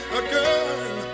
again